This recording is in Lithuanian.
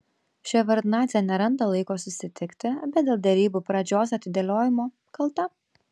ševardnadzė neranda laiko susitikti bet dėl derybų pradžios atidėliojimo kalta